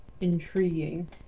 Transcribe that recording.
intriguing